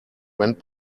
went